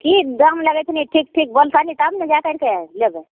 ठीक दाम लगैथिन ठीक ठीक बोलथिन तब ने जा कैरके लेबै